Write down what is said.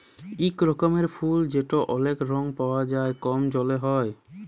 ইক রকমের ফুল যেট অলেক রঙে পাউয়া যায় কম জলে হ্যয়